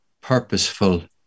purposeful